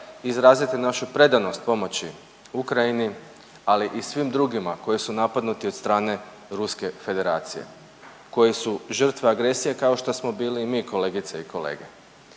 izraziti našu predanost pomoći Ukrajini, ali i svim drugima koji su napadnuti od strane Ruske Federacije. Koji su žrtve agresije kao što smo bili i mi kolegice i kolege